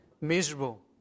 miserable